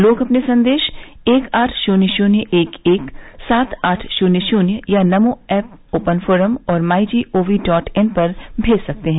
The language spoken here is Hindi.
लोग अपने संदेश एक आठ शुन्य शुन्य एक एक सात आठ शुन्य शुन्य या नमो एप ओपन फोरम और my G O V dot in पर मेज सकते हैं